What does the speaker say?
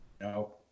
No